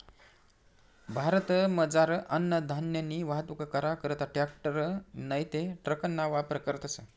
भारतमझार अन्नधान्यनी वाहतूक करा करता ट्रॅकटर नैते ट्रकना वापर करतस